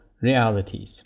realities